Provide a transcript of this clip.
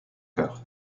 chœur